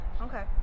Okay